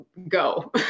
go